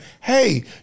hey